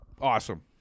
Awesome